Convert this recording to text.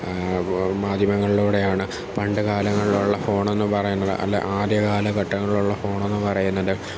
മാധ്യമങ്ങളിലൂടെയാണ് പണ്ട് കാലങ്ങളിലുള്ള ഫോണെന്ന് പറയുന്നത് അല്ല ആദ്യകാലഘട്ടങ്ങളിലുള്ള ഫോണെന്നു പറയുന്നത്